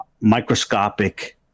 microscopic